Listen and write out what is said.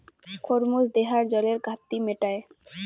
খরমুজ দেহার জলের ঘাটতি মেটায়